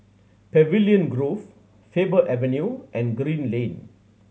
Pavilion Grove Faber Avenue and Green Lane